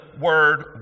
word